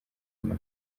nyuma